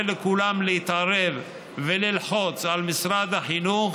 לכולם להתערב וללחוץ על משרד החינוך